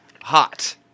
hot